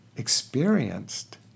experienced